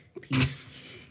Peace